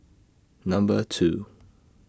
Number two